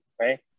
right